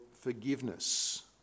Forgiveness